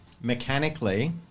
mechanically